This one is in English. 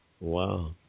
wow